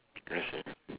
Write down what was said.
I see